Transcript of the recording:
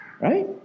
Right